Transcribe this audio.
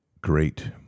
great